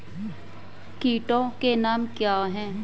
कीटों के नाम क्या हैं?